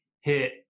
hit